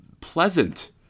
pleasant